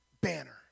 banner